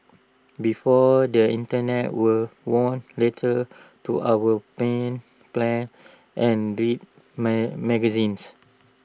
before the Internet were wrote letters to our pen pals and read magazines